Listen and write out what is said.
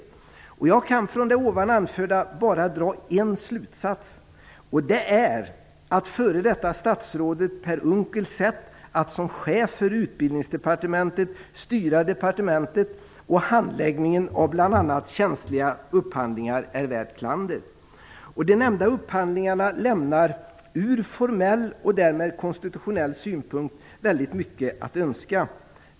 Utifrån det anförda kan jag bara dra en slutsats, nämligen att f.d. statsrådet Per Unckels sätt att som chef för Utbildningsdepartementet styra departementet och handläggningen av bl.a. känsliga upphandlingar är värt klander. De nämnda upphandlingarna lämnar från formell och, därmed också konstitutionell, synpunkt väldigt mycket att önska.